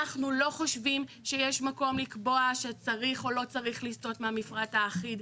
אנחנו לא חושבים שיש מקום לקבוע שצריך או לא צריך לסטות מהמפרט האחיד.